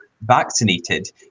vaccinated